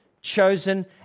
chosen